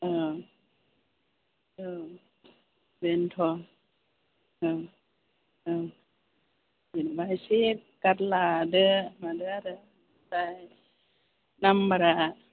औ औ बेनोथ' ओं ओं जेनेबा एसे गार्ड लादो मादो आरो नाम्बारा